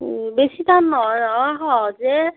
ও বেছি টান নহয় অ' সহজে